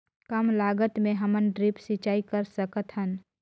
कम लागत मे हमन ड्रिप सिंचाई कर सकत हन?